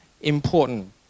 important